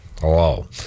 Hello